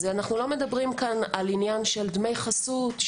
אנחנו לא מדברים כאן על עניין של דמי חסות,